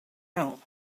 out